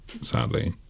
Sadly